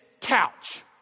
couch